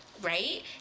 Right